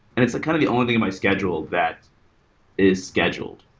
and it's kind of the only thing in my schedule that is scheduled.